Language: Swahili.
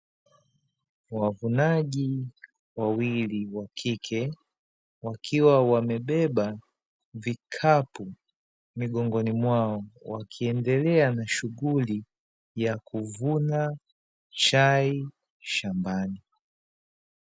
Wavunaji wawili wa kike, wakiwa wamebeba vikapu migongoni mwao, wakiendelea na shughuli ya kuvuna chai shambani.